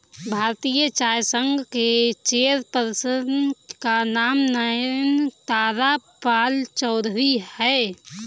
भारतीय चाय संघ के चेयर पर्सन का नाम नयनतारा पालचौधरी हैं